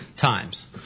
times